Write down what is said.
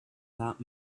that